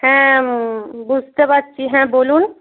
হ্যাঁ বুঝতে পারছি হ্যাঁ বলুন